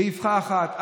באבחה אחת,